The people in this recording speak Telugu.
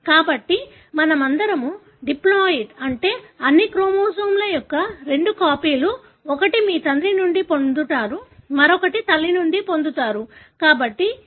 కాబట్టి మనమందరం డిప్లాయిడ్ అంటే అన్ని క్రోమోజోమ్ల యొక్క రెండు కాపీలు ఒకటి మీరు తండ్రి నుండి పొందారు మరొకటి మీరు తల్లి నుండి పొందారు